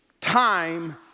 time